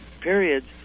periods